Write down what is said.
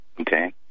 okay